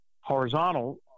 horizontal